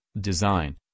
design